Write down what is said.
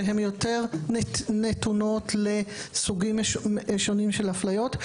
שהן יותר נתונות לסוגים שונים של אפליות.